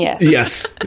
Yes